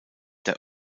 der